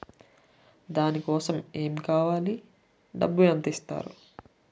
దాని కోసం ఎమ్ కావాలి డబ్బు ఎంత ఇస్తారు?